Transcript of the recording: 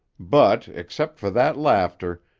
but, except for that laughter,